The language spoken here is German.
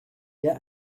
der